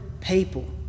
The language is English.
people